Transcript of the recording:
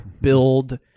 build